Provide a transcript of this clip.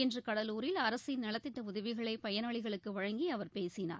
இன்று கடலூரில் அரசின் நலத்திட்ட உதவிகளை பயனாளிகளுக்கு வழங்கி அவர் பேசினார்